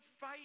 fight